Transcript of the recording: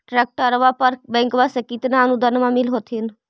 ट्रैक्टरबा पर बैंकबा से कितना अनुदन्मा मिल होत्थिन?